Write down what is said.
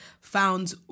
found